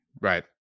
Right